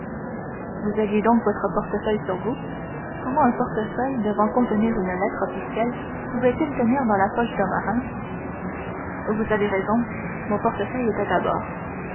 vous aviez donc votre portefeuille sur vous comment un portefeuille devant contenir une lettre officielle pouvait-il tenir dans la poche d'un marin vous avez raison mon portefeuille était à bord